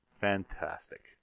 Fantastic